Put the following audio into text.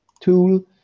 tool